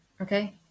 Okay